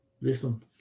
Listen